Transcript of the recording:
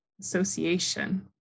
Association